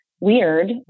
weird